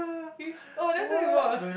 oh I never tell you before ah